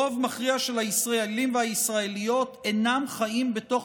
רוב מכריע של הישראלים והישראליות אינם חיים בתוך